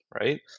right